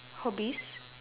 hobbies